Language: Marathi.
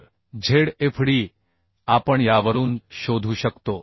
तर Zfd आपण यावरून शोधू शकतो